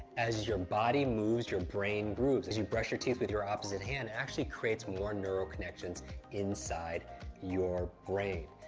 as your body moves, your brain grooves. as you brush your teeth with your opposite hand, it actually creates more neural connections inside your brain.